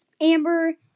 Amber